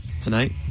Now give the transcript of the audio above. Tonight